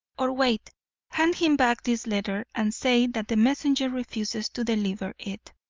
or wait hand him back this letter and say that the messenger refuses to deliver it.